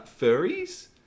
furries